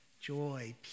joy